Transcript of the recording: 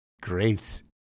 great